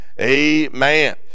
amen